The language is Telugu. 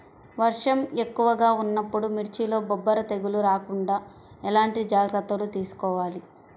వర్షం ఎక్కువగా ఉన్నప్పుడు మిర్చిలో బొబ్బర తెగులు రాకుండా ఎలాంటి జాగ్రత్తలు తీసుకోవాలి?